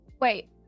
Wait